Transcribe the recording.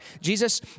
Jesus